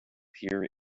here